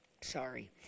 Sorry